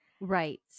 Right